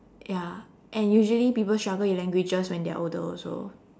ya and usually people struggle with languages when they're older also